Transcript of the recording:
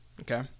okay